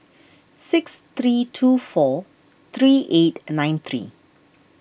six three two four three eight nine three